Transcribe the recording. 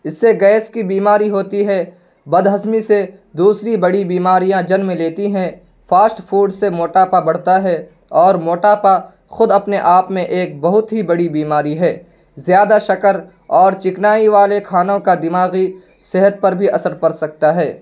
اس سے گیس کی بیماری ہوتی ہے بد ہضمی سے دوسری بڑی بیماریاں جنم لیتی ہیں فاسٹ فوڈ سے موٹاپا بڑھتا ہے اور موٹاپا خود اپنے آپ میں ایک بہت ہی بڑی بیماری ہے زیادہ شکر اور چکنائی والے کھانوں کا دماغی صحت پر بھی اثر پڑ سکتا ہے